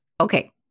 Okay